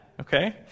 okay